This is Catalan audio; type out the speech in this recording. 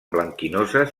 blanquinoses